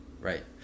Right